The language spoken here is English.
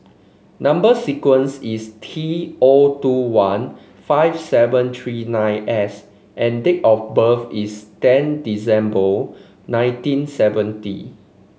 number sequence is T O two one five seven three nine S and date of birth is ten December nineteen seventy